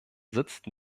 sitzt